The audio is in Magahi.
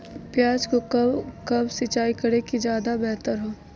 प्याज को कब कब सिंचाई करे कि ज्यादा व्यहतर हहो?